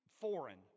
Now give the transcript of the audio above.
foreign